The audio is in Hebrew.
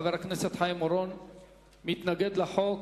חבר הכנסת חיים אורון מתנגד לחוק.